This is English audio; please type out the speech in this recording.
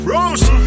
Rose